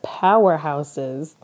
powerhouses